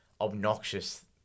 obnoxious